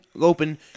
open